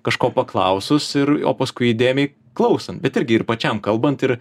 kažko paklausus ir o paskui įdėmiai klausant bet irgi ir pačiam kalbant ir